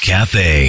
Cafe